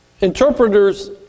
interpreters